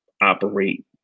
operate